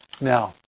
Now